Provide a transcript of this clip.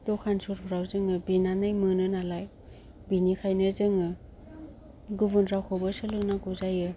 दखान सहरफ्राव जोङो बिनानै मोनो नालाय बिनिखायनो जोङो गुबुन रावखौबो सोलोंनांगौ जायो